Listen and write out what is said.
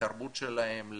לתרבות שלהם,